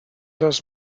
does